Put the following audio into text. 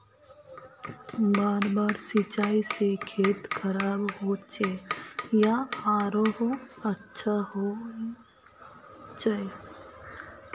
बार बार सिंचाई से खेत खराब होचे या आरोहो अच्छा होचए?